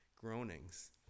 groanings